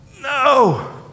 no